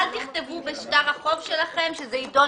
כתוב ש"לא יעשה